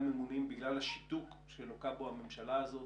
ממונים בגלל השיתוק שלוקה בו הממשלה הזאת,